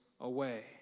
away